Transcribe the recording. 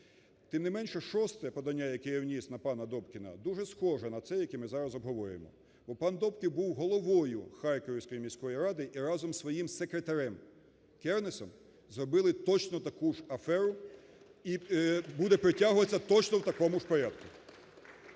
Тим не менше, шосте подання, яке я вніс на пана Добкіна, дуже схоже на це, яке ми зараз обговорюємо. Пан Добкін був головою Харківської міської ради і разом з своїм секретарем Кернесом зробили точно таку ж аферу і буде притягуватися точно в такому порядку.